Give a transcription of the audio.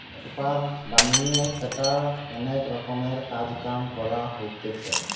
paper বানিয়ে সেটার অনেক রকমের কাজ কাম করা হতিছে